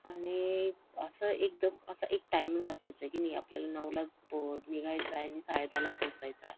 आणि असं एकदम असं एक टाईमिंग असायचं की नाही आपल्याला नऊलाच पो निघायचं आहे आणि साडेदहाला पोचायचं आहे